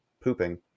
pooping